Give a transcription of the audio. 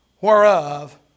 whereof